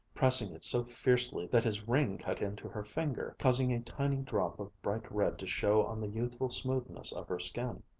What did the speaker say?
pressing it so fiercely that his ring cut into her finger, causing a tiny drop of bright red to show on the youthful smoothness of her skin.